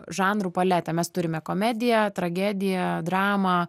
žanrų paletę mes turime komediją tragediją dramą